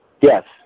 Yes